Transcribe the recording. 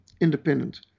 independent